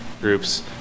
groups